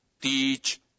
teach